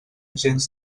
gens